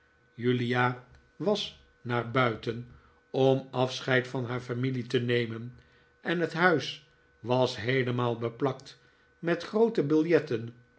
julia was naar buiten om afscheid van haar familie te nemen en het huis was heelemaal beplakt met groote biljetten